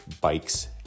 bikes